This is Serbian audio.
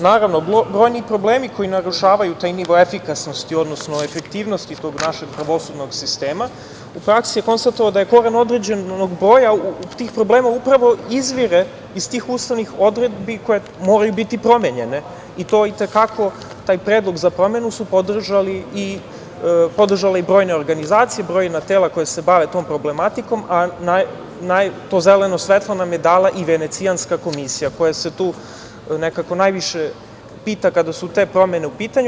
Naravno, brojni problemi koji narušavaju taj nivo efikasnosti u odnosu na efektivnosti tog našeg pravosudnog sistema u praksi je konstatovano da je koren određenog broja tih problema upravo izvire iz tih ustavnih odredbi koje moraju biti promenjene i to i te kako taj predlog za promenu su podržale i brojne organizacije, brojna tela koja se bave tom problematikom, a to zeleno svetlo nam je dala i Venecijanska komisija koja se tu nekako najviše pita kada su te promene u pitanju.